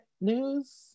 news